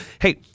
hey